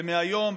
ומהיום,